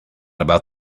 about